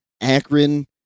Akron